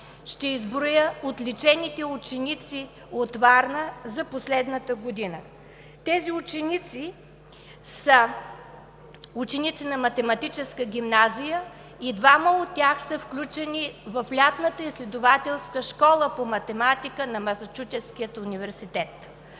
ще изброя отличените ученици от Варна за последната година. Тези ученици са ученици на Математическата гимназия и двама от тях са включени в Лятната изследователска школа по математика на Масачузетския университет